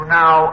now